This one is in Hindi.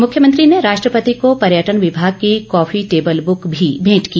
मुख्यमंत्री ने राष्ट्रपति को पर्यटन विभाग की कॉफी टेबल ब्क भी भेंट की